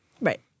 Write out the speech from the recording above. Right